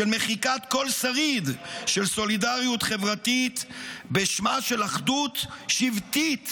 של מחיקת כל שריד של סולידריות חברתית בשמה של אחדות שבטית